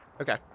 Okay